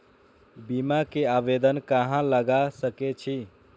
बीमा के आवेदन कहाँ लगा सके छी?